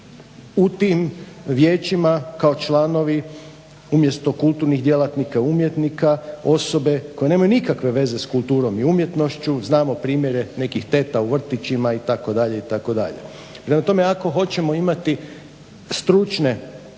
u tim vijećima kao članovi umjesto kulturnih djelatnika umjetnika osobe koje nemaju nikakve veze s kulturom i umjetnošću. Znamo primjere nekih teta u vrtićima itd., itd. Prema tome, ako hoćemo imati stručne osobe,